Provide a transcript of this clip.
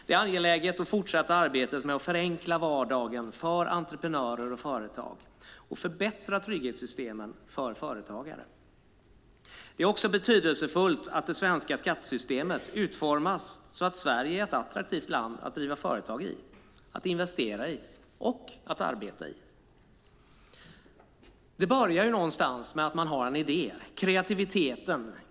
Det är angeläget att fortsätta arbetet med att förenkla vardagen för entreprenörer och företag och förbättra trygghetssystemen för företagare. Det är också betydelsefullt att det svenska skattesystemet utformas så att Sverige är ett attraktivt land att driva företag i, att investera i och att arbeta i. Det börjar någonstans med att man har en idé.